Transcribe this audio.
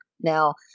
Now